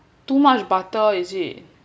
too much butter is it